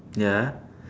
ya